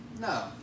no